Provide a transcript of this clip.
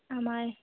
আমাৰ